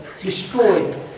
destroyed